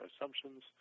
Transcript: assumptions